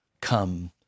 Come